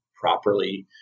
properly